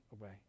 away